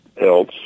else